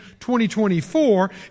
2024